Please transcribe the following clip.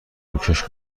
روکش